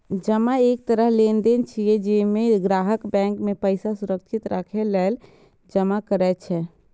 जमा एक तरह लेनदेन छियै, जइमे ग्राहक बैंक मे पैसा सुरक्षित राखै लेल जमा करै छै